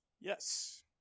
yes